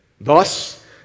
Thus